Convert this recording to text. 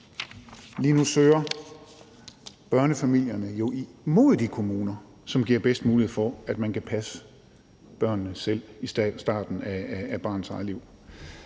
Lige nu søger børnefamilierne jo mod de kommuner, som giver bedst mulighed for, at man kan passe børnene selv i starten af barnets eget liv.